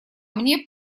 мне